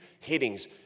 headings